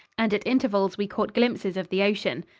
and at intervals we caught glimpses of the ocean.